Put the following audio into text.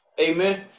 amen